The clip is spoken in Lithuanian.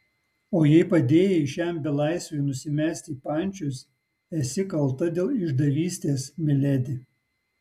o jei padėjai šiam belaisviui nusimesti pančius esi kalta dėl išdavystės miledi